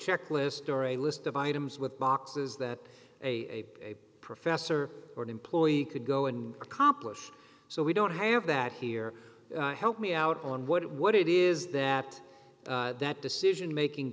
checklist or a list of items with boxes that a professor or an employee could go and accomplish so we don't have that here help me out on what it what it is that that decision making